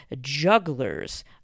jugglers